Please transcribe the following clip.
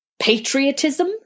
Patriotism